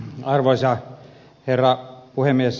arvoisa herra puhemies